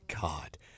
God